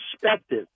perspective